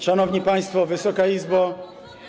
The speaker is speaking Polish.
Szanowni państwo, Wysoka Izbo.